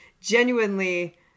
genuinely